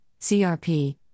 CRP